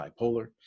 bipolar